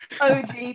OG